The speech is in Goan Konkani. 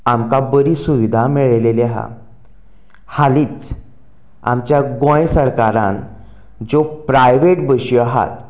आमकां बरी सुविदा मेळ्ळ्या हालींच आमच्या गोंय सरकारान ज्यो प्रायवेट बसी आसात